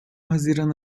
haziran